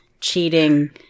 cheating